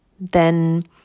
Then